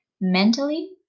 mentally